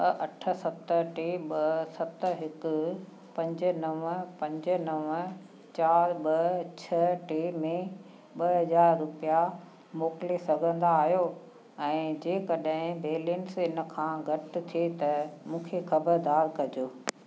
अठ सत टे ॿ सत हिकु पंज नव पंज नव चारि ॿ छह टे में ॿ हज़ार रुपिया मोकिले सघंदा आहियो ऐं जेकॾहिं बेलेंस हिन खां घटि थिए त मूंखे ख़बरदारु कजो